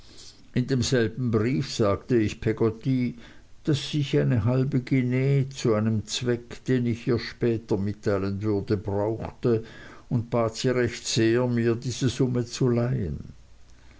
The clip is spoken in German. in demselben brief sagte ich peggotty daß ich eine halbe guinee zu einem zweck den ich ihr später mitteilen würde brauchte und bat sie recht sehr mir diese summe zu leihen